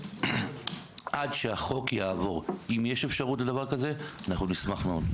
עד שהחוק יעבור, אם יש אפשרות לכך, נשמח מאוד.